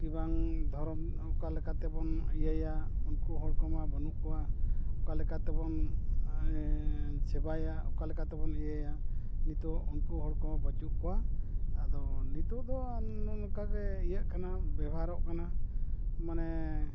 ᱠᱤ ᱵᱟᱝ ᱫᱷᱚᱨᱚᱢ ᱚᱠᱟ ᱞᱮᱠᱟᱛᱮᱵᱚᱱ ᱤᱭᱟᱹᱭᱟ ᱩᱱᱠᱩ ᱦᱚᱲ ᱠᱚᱢᱟ ᱵᱟᱹᱱᱩᱜ ᱠᱚᱣᱟ ᱚᱠᱟ ᱞᱮᱠᱟ ᱛᱮᱵᱚᱱ ᱥᱮᱵᱟᱭᱟ ᱚᱠᱟᱞᱮᱠᱟ ᱛᱮᱵᱚᱱ ᱤᱭᱟᱹᱭᱟ ᱱᱤᱛᱳᱜ ᱩᱱᱠᱩ ᱦᱚᱲ ᱠᱚᱢᱟ ᱵᱟᱹᱱᱩᱜ ᱠᱚᱣᱟ ᱟᱫᱚ ᱱᱤᱛᱳᱜ ᱫᱚ ᱱᱚᱝᱠᱟᱜᱮ ᱤᱭᱟᱹᱜ ᱠᱟᱱᱟ ᱵᱮᱵᱷᱟᱨᱚᱜ ᱠᱟᱱᱟ ᱢᱟᱱᱮ